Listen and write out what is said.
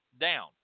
down